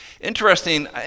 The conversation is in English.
Interesting